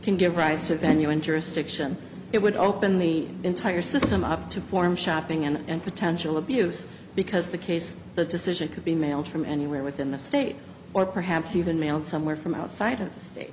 can give rise to venue in jurisdiction it would open the entire system up to form shopping and potential abuse because the case the decision could be mailed from anywhere within the state or perhaps even mailed somewhere from outside of the state